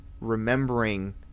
remembering